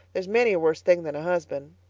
there's many a worse thing than a husband.